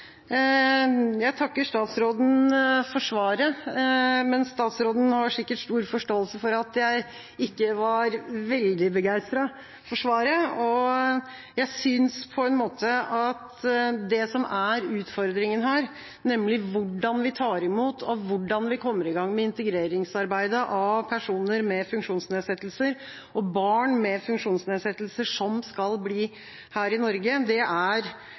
Jeg takker statsråden for svaret, men statsråden har sikkert stor forståelse for at jeg ikke var veldig begeistret for svaret. Det som er utfordringen her, er nemlig hvordan vi tar imot og hvordan vi kommer i gang med integreringsarbeidet når det gjelder personer med funksjonsnedsettelser, barn med funksjonsnedsettelser, som skal bli her i Norge. Det er